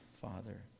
father